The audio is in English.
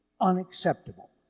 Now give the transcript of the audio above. Unacceptable